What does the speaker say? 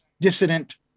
dissident